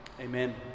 amen